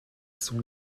son